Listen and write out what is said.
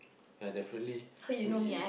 ya definitely we